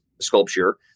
sculpture